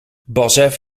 basf